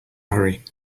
hurry